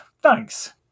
Thanks